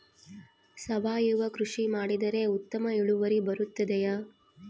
ಸಾವಯುವ ಕೃಷಿ ಮಾಡಿದರೆ ಉತ್ತಮ ಇಳುವರಿ ಬರುತ್ತದೆಯೇ?